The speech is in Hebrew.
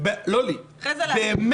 אחרי זה לאחרים.